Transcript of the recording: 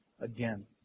again